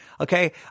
Okay